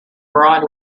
broad